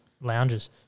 lounges